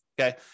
okay